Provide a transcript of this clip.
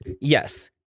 Yes